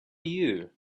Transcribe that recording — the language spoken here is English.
you